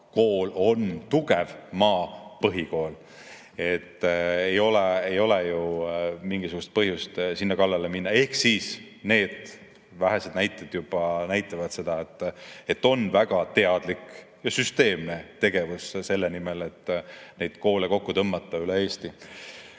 kool tugev maapõhikool. Ei ole ju mingisugust põhjust sinna kallale minna. Need vähesed näited juba näitavad seda, et on väga teadlik ja süsteemne tegevus selle nimel, et neid koole üle Eesti